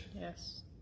Yes